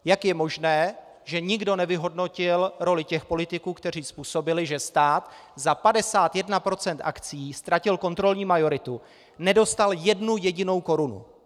Jak je možné, že nikdo nevyhodnotil roli těch politiků, kteří způsobili, že stát za 51 % akcií ztratil kontrolní majoritu a nedostal jednu jedinou korunu.